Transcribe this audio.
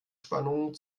spannung